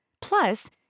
Plus